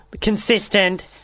consistent